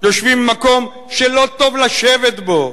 יושבים במקום שלא טוב לשבת בו,